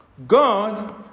God